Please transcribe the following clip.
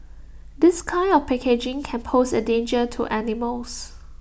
this kind of packaging can pose A danger to animals